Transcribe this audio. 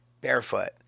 barefoot